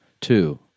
two